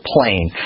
plane